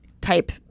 type